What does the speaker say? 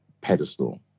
pedestal